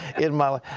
in my life.